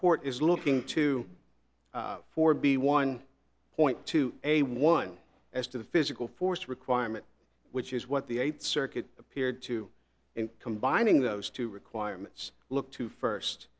court is looking to for b one point two a one as to the physical force requirement which is what the eighth circuit appeared to in combining those two requirements look to first